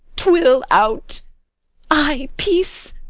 twill out i peace!